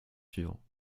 suivant